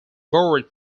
board